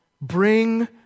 Bring